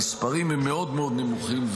המספרים מאוד מאוד נמוכים,